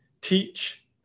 teach